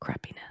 crappiness